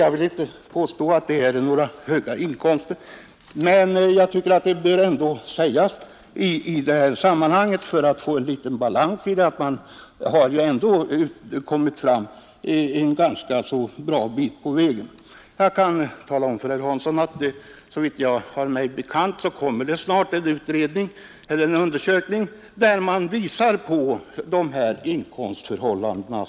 Jag vill inte påstå att det är några höga inkomster, men de bör ändå nämnas i sammanhanget för att skapa någon balans; man har ändå kommit en ganska bra bit på väg. Jag kan tala om för herr Hansson, att såvitt jag har mig bekant kommer snart resultatet av en undersökning som visar på dessa inkomstförhållanden.